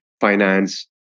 finance